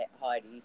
Heidi